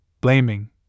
Blaming